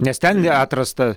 nes ten neatrasta